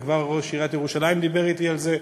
וכבר ראש עיריית ירושלים דיבר אתי על זה,